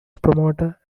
promoter